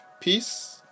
peace